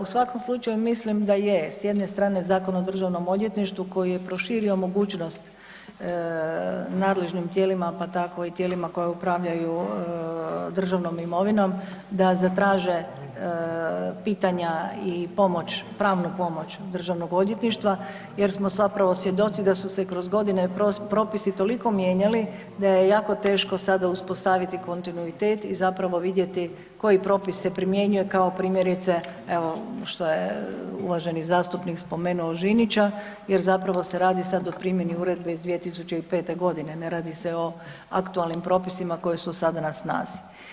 U svakom slučaju, mislim da je s jedne strane Zakon o Državnom odvjetništvu koji je proširio mogućnost nadležnim tijelima pa tako i tijelima koja upravljaju državnom imovinom, da zatraže pitanja i pomoć, pravu pomoć Državnog odvjetništva jer smo zapravo svjedoci da su se kroz godine propisi toliko mijenjali da je jako teško sada uspostaviti kontinuitet i zapravo vidjeti koji propis se primijenio kao primjerice evo što je uvaženi zastupnik spomenuo Žinića jer zapravo se radi sad o primjeni uredbe iz 2005. g., ne radi se o aktualnim propisima koji su sada na snazi.